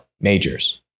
Majors